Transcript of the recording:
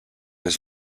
his